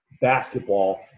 basketball